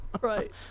right